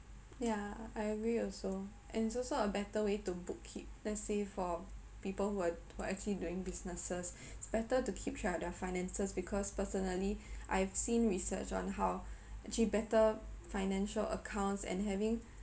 ya I agree also and it's also a better way to book keep let say for people who are who are actually doing businesses its better to keep track of their finances because personally I have seen research on how actually better financial accounts and having